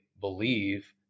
believe